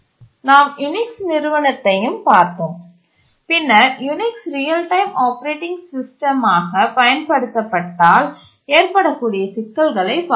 நாம் யூனிக்ஸ் நிறுவனத்தையும் பார்த்தோம் பின்னர் Unix real time operating system ஆக பயன்படுத்தப்பட்டால் ஏற்படக்கூடிய சிக்கல்களைப் பார்த்தோம்